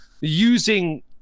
using